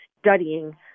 studying